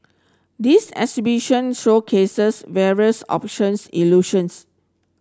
this exhibition showcases various options illusions